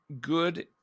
good